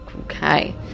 Okay